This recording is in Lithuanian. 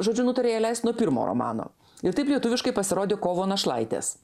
žodžiu nutarė jie leist nuo pirmo romano ir taip lietuviškai pasirodė kovo našlaitės